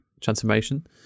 transformation